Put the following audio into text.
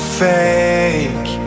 fake